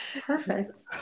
Perfect